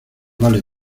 vale